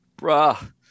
bruh